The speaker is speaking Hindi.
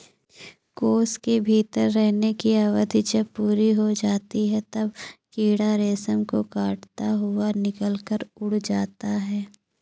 कोश के भीतर रहने की अवधि जब पूरी हो जाती है, तब कीड़ा रेशम को काटता हुआ निकलकर उड़ जाता है